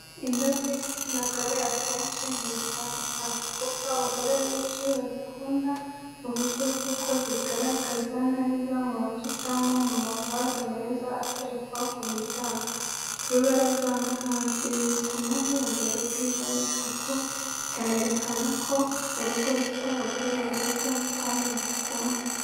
Indabo n’igitsina gore akenshi ntibitandukana, kuko abagore benshi bazikunda mu buryo bw’uko zigaragaza neza mu nzu cyangwa mu mavaze meza aterekwa ku muryango, ku rubaraza n’ahandi. Ibi bituma hiyongera ubwiza n’isuku, bikanerekana ko urugo rufite abagore barwitaho kandi barukunda.